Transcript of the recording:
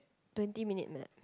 twenty minute nap